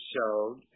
showed